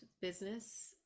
business